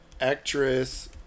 Actress